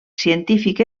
científic